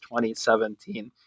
2017